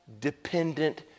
Dependent